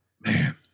Man